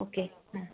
okay हां